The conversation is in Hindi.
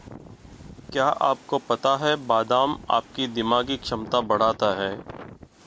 क्या आपको पता है बादाम आपकी दिमागी क्षमता बढ़ाता है?